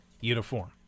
uniform